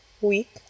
week